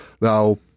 Now